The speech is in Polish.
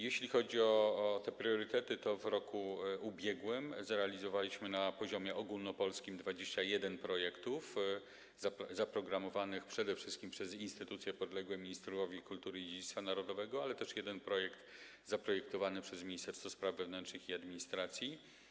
Jeśli chodzi o te priorytety, to w roku ubiegłym zrealizowaliśmy na poziomie ogólnopolskim 21 projektów zaprogramowanych przede wszystkim przez instytucje podległe ministrowi kultury i dziedzictwa narodowego, ale był też jeden projekt zaprojektowany przez Ministerstwo Spraw Wewnętrznych i Administracji.